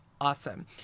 awesome